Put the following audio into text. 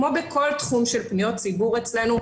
כמו בכל תחום של פניות ציבור אצלנו,